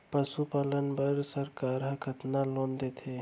पशुपालन बर सरकार ह कतना लोन देथे?